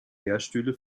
lehrstühle